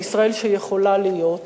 לישראל שיכולה להיות,